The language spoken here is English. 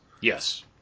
Yes